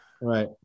Right